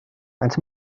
maent